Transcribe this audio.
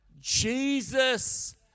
Jesus